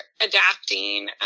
adapting